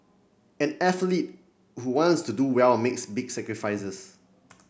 any athlete who wants to do well makes big sacrifices